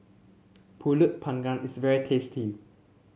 pulut Panggang is very tasty